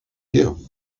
you